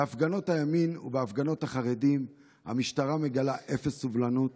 בהפגנות הימין ובהפגנות החרדים המשטרה מגלה אפס סובלנות